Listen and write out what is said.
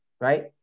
right